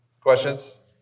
Questions